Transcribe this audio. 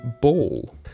ball